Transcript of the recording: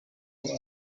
iyo